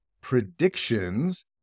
predictions